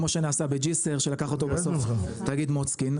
כמו שנעשה בג'אסר שלקח אותו בסוף תאגיד מוצקין,